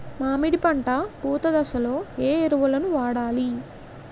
మామిడి పంట పూత దశలో ఏ ఎరువులను వాడాలి?